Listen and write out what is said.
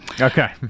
Okay